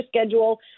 schedule